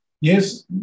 Yes